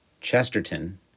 Chesterton